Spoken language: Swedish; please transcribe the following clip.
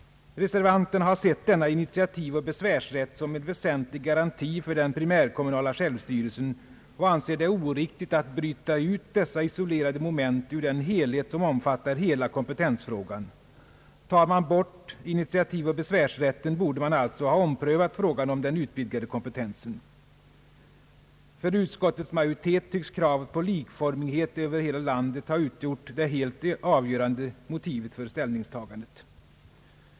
Reservanterna har sett denna initiativoch besvärsrätt som en väsentlig garanti för den primärkommunala självstyrelsen och anser det oriktigt att bryta ut dessa isolerade moment ur den helhet som omfattar hela kompetensfrågan. Tar man bort initiativoch besvärsrätten, borde man alltså ha omprövat frågan om den utvidgade kompetensen. För utskottets majoritet tycks kravet på likformighet över hela landet ha utgjort det helt avgörande motivet för ställningstagandet.